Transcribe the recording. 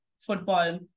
football